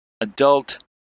adult